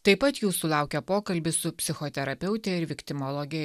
taip pat jūsų laukia pokalbis su psichoterapeute ir viktimologe